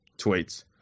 tweets